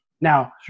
Now